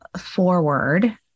forward